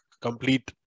complete